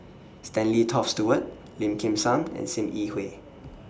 Stanley Toft Stewart Lim Kim San and SIM Yi Hui